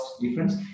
difference